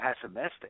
pessimistic